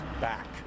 back